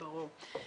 ברור.